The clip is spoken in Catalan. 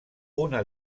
una